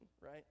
right